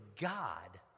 God